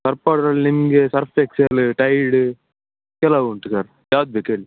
Surf ಪೌಡರಲ್ಲಿ ನಿಮಗೆ Surf Excel Tide ಎಲ್ಲ ಉಂಟು ಸರ್ ಯಾವ್ದು ಬೇಕು ಹೇಳಿ